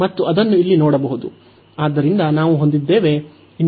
ಮತ್ತು ಅದನ್ನು ಇಲ್ಲಿ ನೋಡಬಹುದು ಆದ್ದರಿಂದ ನಾವು ಹೊಂದಿದ್ದೇವೆ